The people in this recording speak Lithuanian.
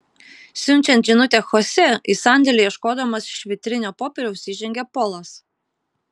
siunčiant žinutę chosė į sandėlį ieškodamas švitrinio popieriaus įžengia polas